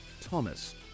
Thomas